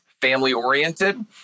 family-oriented